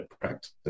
practice